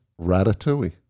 Ratatouille